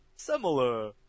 Similar